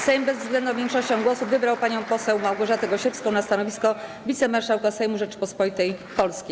Sejm bezwzględną większością głosów wybrał panią poseł Małgorzatę Gosiewską na stanowisko wicemarszałka Sejmu Rzeczypospolitej Polskiej.